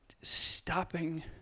stopping